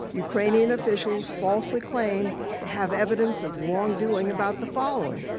ukrainian officials falsely claimed to have evidence of wrongdoing about the following,